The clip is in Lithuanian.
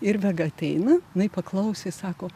ir vega ateina jinai paklausė sako